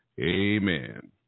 Amen